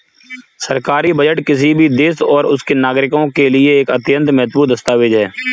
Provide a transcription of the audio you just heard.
सरकारी बजट किसी भी देश और उसके नागरिकों के लिए एक अत्यंत महत्वपूर्ण दस्तावेज है